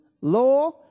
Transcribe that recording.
Law